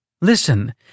Listen